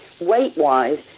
weight-wise